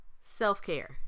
self-care